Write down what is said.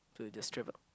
so it destress or not